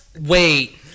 Wait